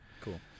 Cool